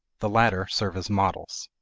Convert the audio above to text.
the latter serve as models.